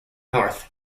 north